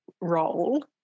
role